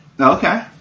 Okay